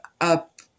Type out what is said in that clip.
up